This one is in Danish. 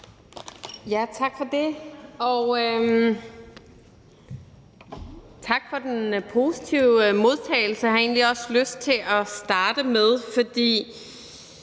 Tak for det, og tak for den positive modtagelse. Jeg har egentlig også lyst til at starte med at sige,